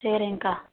சரிங்க்கா